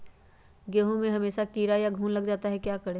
गेंहू में हमेसा कीड़ा या घुन लग जाता है क्या करें?